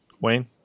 Wayne